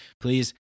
please